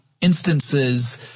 instances